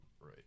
Right